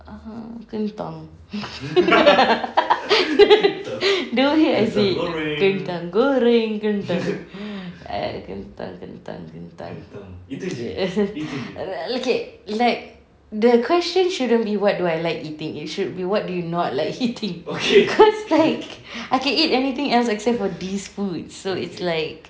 err kentang the way I say it kentang goreng kentang kentang kentang okay like the question shouldn't be what do I like eating it should be what do you not like eating cause like I can eat anything else except for these foods so it's like